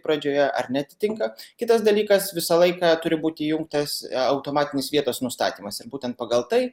pradžioje ar neatitinka kitas dalykas visą laiką turi būti įjungtas automatinis vietos nustatymas ir būtent pagal tai